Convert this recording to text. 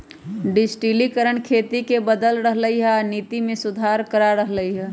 डिजटिलिकरण खेती के बदल रहलई ह आ नीति में सुधारो करा रह लई ह